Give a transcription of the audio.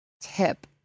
Tip